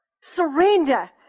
Surrender